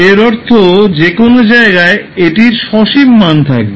এর অর্থ যে কোনও জায়গায় এটির সসীম মান থাকবে